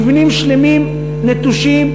מבנים שלמים נטושים,